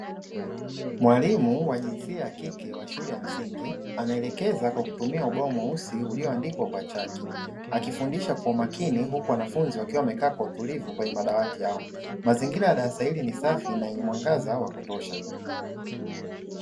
Mwalimu wa jinsia ya kike wa shule ya msingi, anaelekeza kwa kutumia ubao mweusi ulioandikwa kwa chaki, akifundisha kwa umakini, huku wanafunzi wakiwa wamekaa kwa utulivu kwenye madawati yao. Mazingira ya darasa hili ni safi na yenye mwangaza wa kutosha.